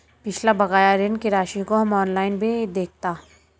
पिछला बकाया ऋण की राशि को हम ऑनलाइन भी देखता